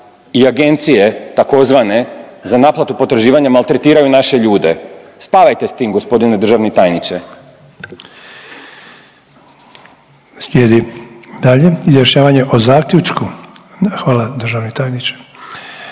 uvaženi državni tajniče,